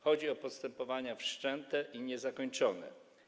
Chodzi o postępowanie wszczęte i niezakończone.